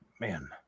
Man